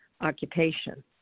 occupation